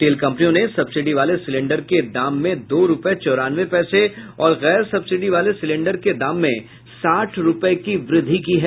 तेल कंपनियों ने सब्सिडी वाले सिलिंडर के दाम में दो रूपये चौरानवे पैसे और गैर सब्सिडी वाले सिलिंडर के दाम में साठ रूपये की वृद्धि की है